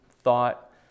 thought